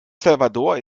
salvador